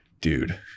Dude